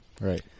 Right